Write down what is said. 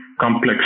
complex